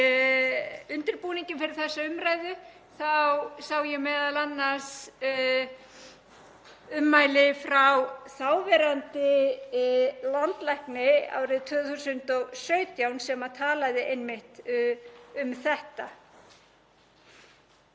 undirbúningi fyrir þessa umræðu sá ég m.a. ummæli frá þáverandi landlækni árið 2017 sem talaði einmitt um þetta.